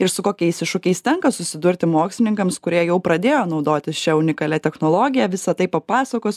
ir su kokiais iššūkiais tenka susidurti mokslininkams kurie jau pradėjo naudotis šia unikalia technologija visa tai papasakos